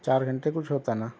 چار گھنٹے کچھ ہوتا نا